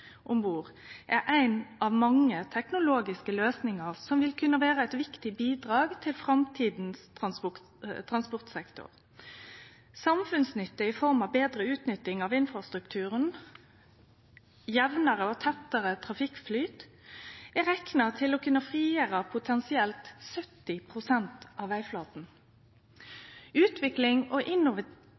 om bord, er ei av mange teknologiske løysingar som vil kunne vere eit viktig bidrag til framtidas transportsektor. Samfunnsnytte i form av betre utnytting av infrastrukturen og jamnare og tettare trafikkflyt er rekna til å kunne frigjere potensielt 70 pst. av vegflata. Utvikling og